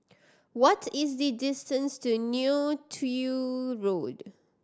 what is the distance to Neo Tiew Road